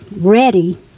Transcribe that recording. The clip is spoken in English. ready